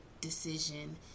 decision